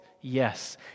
yes